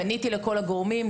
פניתי לכל הגורמים,